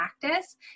practice